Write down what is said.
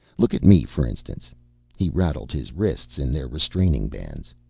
look at me for instance he rattled his wrists in their restraining bands.